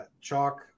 chalk